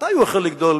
מתי הוא החל לגדול?